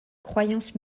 croyances